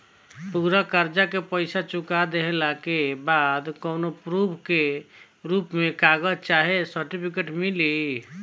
पूरा कर्जा के पईसा चुका देहला के बाद कौनो प्रूफ के रूप में कागज चाहे सर्टिफिकेट मिली?